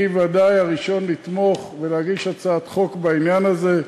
אני ודאי הראשון לתמוך ולהגיש הצעת חוק בעניין הזה,